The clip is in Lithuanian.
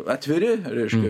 atviri reiškia